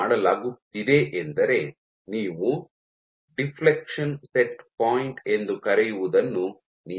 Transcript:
ಏನು ಮಾಡಲಾಗುತ್ತಿದೆ ಎಂದರೆ ನೀವು ಡಿಫ್ಲೆಕ್ಷನ್ ಸೆಟ್ ಪಾಯಿಂಟ್ ಎಂದು ಕರೆಯುವದನ್ನು ನಿಯಂತ್ರಿಸುತ್ತೀರಿ